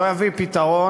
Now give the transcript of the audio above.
לא יביא פתרון.